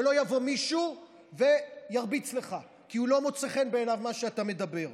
שלא יבוא מישהו וירביץ לך כי לא מוצא חן בעיניו מה שאתה מדבר.